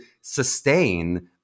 sustain